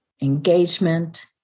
engagement